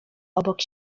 obok